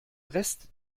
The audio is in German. rest